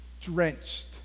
Drenched